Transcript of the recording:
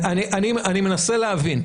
אני מנסה להבין.